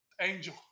Angel